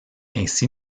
ainsi